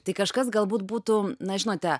tai kažkas galbūt būtų na žinote